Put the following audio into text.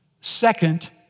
Second